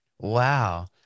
Wow